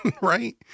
Right